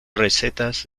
recetas